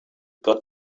got